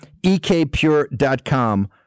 ekpure.com